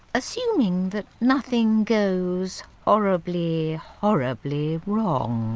assuming that nothing goes horribly, horribly wrong,